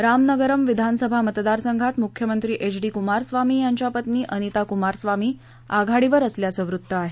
रामनगरम विधानसभा मतदारसंघात मुख्यमंत्री एचडी कुमारस्वामी यांच्या पत्नी अनिता कुमारस्वामी आघाडीवर असल्याचं वृत्त आहे